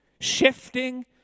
shifting